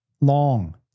Long